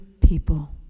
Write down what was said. people